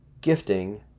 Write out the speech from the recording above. gifting